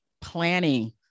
planning